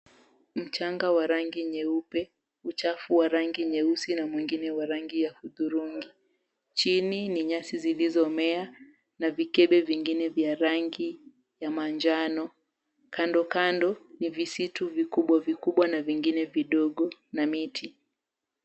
Mchanga wa rangi nyeupe, uchafu wa rangi nyeusi na mwingine wa rangi ya hudhurungi. Chini ni nyasi zilizomea na vikebe vingine vya rangi ya manjano. Kando kando ni visitu vikubwa vikubwa na vingine vidogo na miti.